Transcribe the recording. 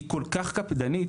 היא כל כך קפדנית,